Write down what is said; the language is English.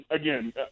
again